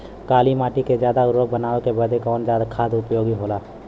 काली माटी के ज्यादा उर्वरक बनावे के बदे कवन खाद उपयोगी होला?